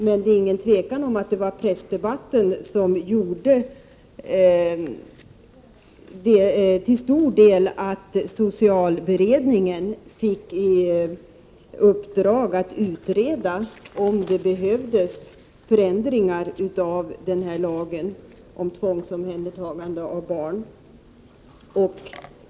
Men det är inget tvivel om att det till stor del var pressdebatten som gjorde att socialberedningen fick i uppdrag att utreda om det behövdes förändringar av lagen om tvångsomhändertagande av barn.